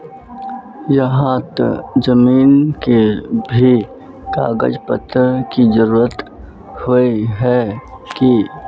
यहात जमीन के भी कागज पत्र की जरूरत होय है की?